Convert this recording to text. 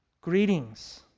Greetings